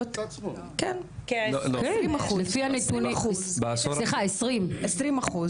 סליחה, 20 אחוז.